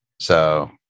So-